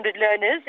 learners